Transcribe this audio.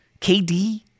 KD